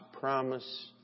promise